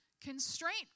Constraint